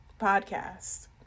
podcast